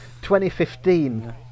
2015